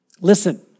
Listen